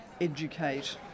educate